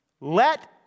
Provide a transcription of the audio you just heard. let